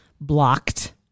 blocked